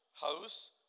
house